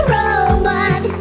robot